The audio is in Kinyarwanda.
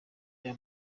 rya